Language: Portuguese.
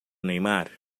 neymar